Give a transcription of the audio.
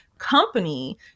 company